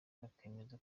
bakemeza